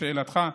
לשאלתך.